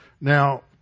Now